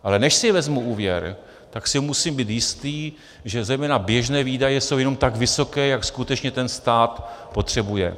Ale než si vezmu úvěr, tak si musím být jistý, že zejména běžné výdaje jsou jenom tak vysoké, jak skutečně ten stát potřebuje.